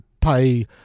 pay